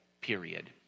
period